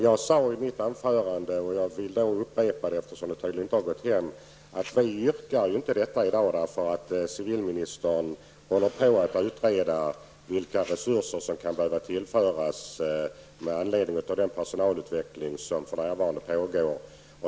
Jag sade i mitt anförande, vilket jag vill upprepa eftersom det tydligen inte har gått hem, att vi i folkpartiet i dag inte har något sådant yrkande, eftersom civilministern håller på att utreda vilka resurser som kan behöva tillföras med anledning av den personalutveckling som för närvarande pågår.